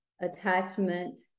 attachment